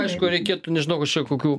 aišku reikėtų nežinau aš čia kokių